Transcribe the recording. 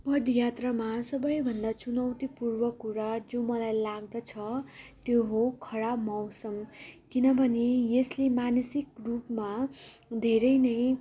पद यात्रामा सबैभन्दा चुनौतीपूर्वक कुरा जो मलाई लाग्दछ त्यो हो खराब मौसम किनभने यसले मानसिक रूपमा धेरै नै